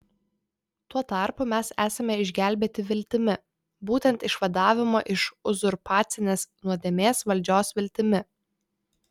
tuo tarpu mes esame išgelbėti viltimi būtent išvadavimo iš uzurpacinės nuodėmės valdžios viltimi